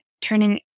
turning